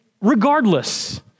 regardless